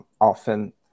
often